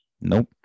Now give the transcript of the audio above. nope